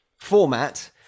format